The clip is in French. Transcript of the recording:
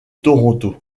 toronto